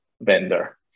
vendor